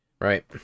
Right